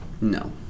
No